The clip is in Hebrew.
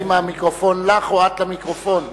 האם המיקרופון לך, או את למיקרופון?